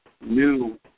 new